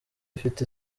ifite